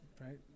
right